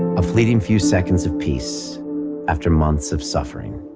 a fleeting few seconds of peace after months of suffering.